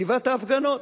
גבעת ההפגנות.